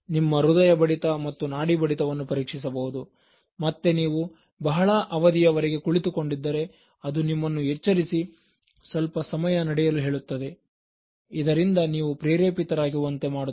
ನಿಮ್ಮ ಹೃದಯ ಬಡಿತ ಮತ್ತು ನಾಡಿಬಡಿತವನ್ನು ಪರೀಕ್ಷಿಸಬಹುದು ಮತ್ತೆ ನೀವು ಬಹಳ ಅವಧಿಯವರೆಗೆ ಕುಳಿತುಕೊಂಡಿದ್ದರೆ ಅದು ನಿಮ್ಮನ್ನು ಎಚ್ಚರಿಸಿ ಸ್ವಲ್ಪ ಸಮಯ ನಡೆಯಲು ಹೇಳುತ್ತದೆ ಇದರಿಂದ ನೀವು ಪ್ರೇರೇಪಿತರಾಗಿ ರುವಂತೆ ಮಾಡುತ್ತದೆ